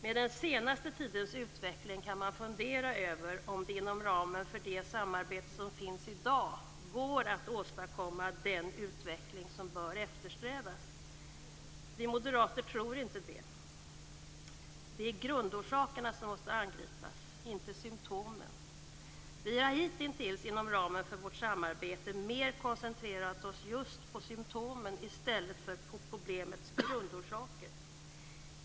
Med den senaste tidens utveckling kan man fundera över om det inom ramen för det samarbete som finns i dag går att åstadkomma den utveckling som bör eftersträvas. Vi moderater tror inte det. Det är grundorsakerna som måste angripas, inte symtomen. Vi har hitintills inom ramen för vårt samarbete mer koncentrerat oss på just symtomen i stället för på problemens grundorsaker.